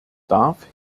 darf